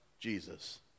Jesus